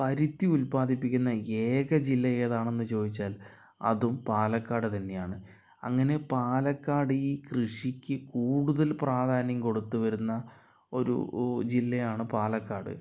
പരുത്തി ഉൽപാദിപ്പിക്കുന്ന ഏക ജില്ല ഏതാണെന്ന് ചോദിച്ചാൽ അതും പാലക്കാട് തെന്നെയാണ് അങ്ങനെ പാലക്കാട് ഈ കൃഷിക്ക് കൂടുതൽ പ്രാധാന്യം കൊടുത്തു വരുന്ന ഒരു ജില്ലയാണ് പാലക്കാട്